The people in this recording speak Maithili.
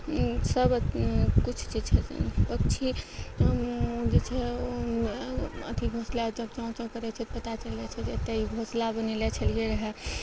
ई सब किछु जे छै पक्षी जे छै अथी घोसला जब चाँव चाँव करय छै तऽ पता चल जाइ छै जे एते ई घोसला बनेने छलियै रहय